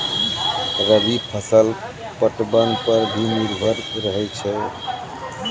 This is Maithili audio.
रवि फसल पटबन पर भी निर्भर रहै छै